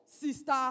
sister